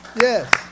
Yes